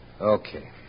Okay